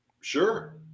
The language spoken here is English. Sure